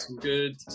good